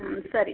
ಹ್ಞೂ ಸರಿ